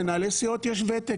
למנהלי הסיעות יש ותק.